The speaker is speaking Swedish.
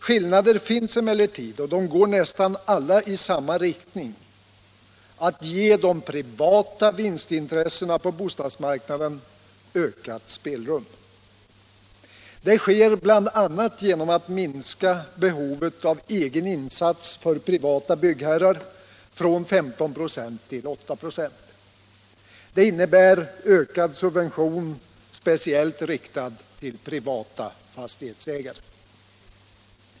Skillnader finns emellertid och de går nästan alla i samma riktning — att ge de privata vinst 43 intressena på bostadsmarknaden ökat spelrum. Det sker bl.a. genom att minska behovet av egen insats för privata byggherrar från 15 96 till 8 26. Det innebär ökad subvention speciellt riktad till privata fastighetsägare.